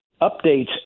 updates